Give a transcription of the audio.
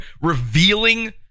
revealing